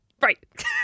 Right